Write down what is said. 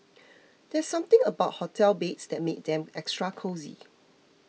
there's something about hotel beds that makes them extra cosy